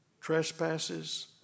trespasses